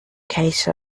case